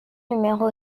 numéro